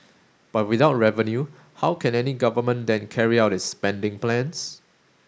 but without revenue how can any government then carry out its spending plans